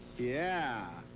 yeah!